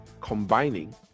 combining